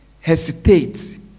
hesitate